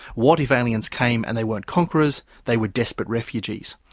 what if aliens came and they weren't conquerors, they were desperate refugees?